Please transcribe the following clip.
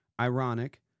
ironic